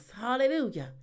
hallelujah